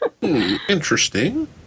Interesting